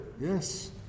Yes